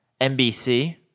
NBC